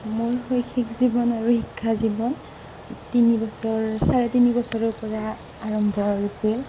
মোৰ শৈক্ষিক জীৱন আৰু শিক্ষা জীৱন তিনি বছৰ চাৰে তিনি বছৰৰপৰা আৰম্ভ হৈছিল